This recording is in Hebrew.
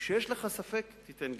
כשיש לך ספק, תיתן גיבוי,